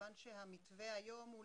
מכיוון שהמתווה היום הוא